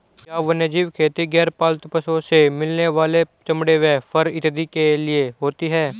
क्या वन्यजीव खेती गैर पालतू पशुओं से मिलने वाले चमड़े व फर इत्यादि के लिए होती हैं?